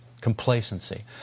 complacency